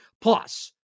Plus